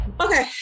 Okay